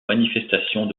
manifestations